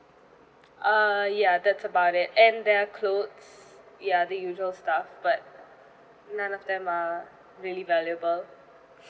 err ya that's about it and there are clothes ya the usual stuff but none of them are really valuable